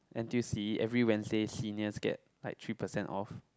N_T_U_C every Wednesdays seniors get like three percent off